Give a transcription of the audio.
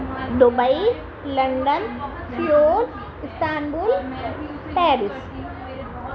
Dubai London Seoul Istanbul Paris